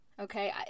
Okay